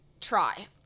Try